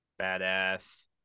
Badass